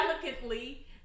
delicately